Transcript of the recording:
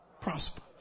prosper